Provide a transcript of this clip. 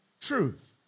truth